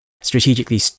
strategically